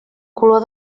color